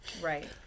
Right